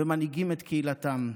ומנהיגים את קהילתם.